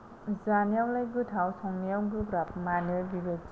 जानायावलाय गोथाव संनायाव गोब्राब मानो बिबायदि